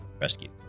rescue